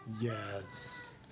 Yes